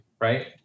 right